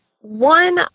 one